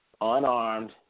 unarmed